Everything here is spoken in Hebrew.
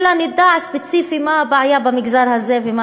אלא נדע ספציפית מה הבעיה במגזר הזה ומה